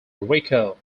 rico